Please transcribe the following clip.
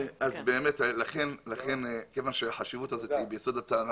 לכן כיוון שהחשיבות הזאת היא ביסוד הטענה